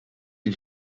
you